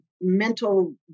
mental